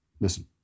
Listen